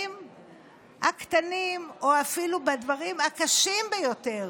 הקטנים או אפילו בדברים הקשים ביותר.